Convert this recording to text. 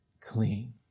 clean